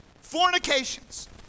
fornications